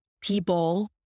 people